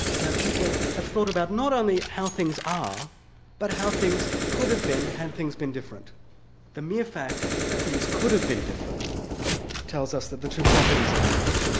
that people have thought about not only how things are but how things could have been had things been different the mere fact that things could have been different tells us that the two properties are different.